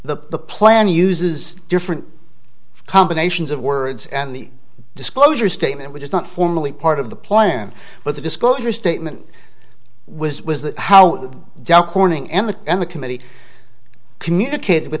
the plan uses different combinations of words and the disclosure statement which is not formally part of the plan but the disclosure statement was how dow corning and the and the committee communicate with